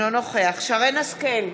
אינו נוכח שרן השכל,